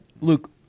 Luke